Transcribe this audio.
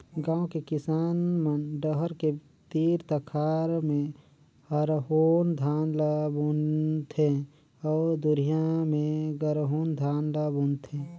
गांव के किसान मन डहर के तीर तखार में हरहून धान ल बुन थें अउ दूरिहा में गरहून धान ल बून थे